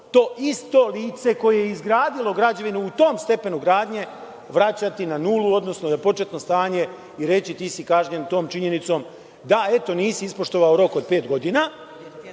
to isto lice koje je izgradilo građevinu u tom stepenu gradnje – vraćati na nulu, odnosno na početno stanje i reći da je kažnjen tom činjenicom, da nije ispoštovao rok od pet godina